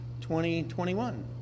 2021